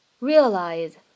realize